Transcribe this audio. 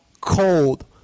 cold